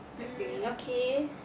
mm okay